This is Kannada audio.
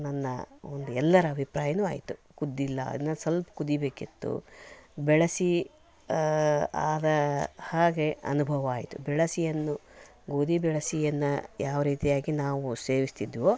ನನ್ನ ಒಂದು ಎಲ್ಲರ ಅಭಿಪ್ರಾಯವೂ ಆಯಿತು ಕುದ್ದಿಲ್ಲ ಇನ್ನೂ ಸಲ್ಪ ಕುದಿಯಬೇಕಿತ್ತು ಬೆಳಸಿ ಆದ ಹಾಗೆ ಅನುಭವ ಆಯಿತು ಬೆಳಸಿಯನ್ನು ಗೋಧಿ ಬೆಳಸಿಯನ್ನು ಯಾವ ರೀತಿಯಾಗಿ ನಾವು ಸೇವಿಸ್ತಿದ್ದೆವೋ